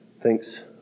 thanks